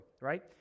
right